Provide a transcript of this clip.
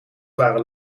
waren